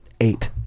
eight